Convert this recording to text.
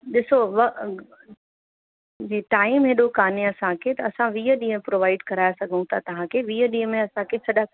ॾिसो व जी टाइम हेॾो काने असांखे त असां वीह ॾींहं प्रोवाइड कराए सघूं तव्हांखे वीह ॾींहं में असांखे सॼा